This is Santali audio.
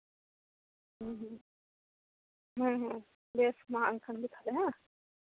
ᱦᱩᱸ ᱦᱩᱸ ᱵᱮᱥ ᱢᱟ ᱮᱱᱠᱷᱟᱱ ᱛᱚᱵᱮ ᱦᱮᱸ